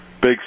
big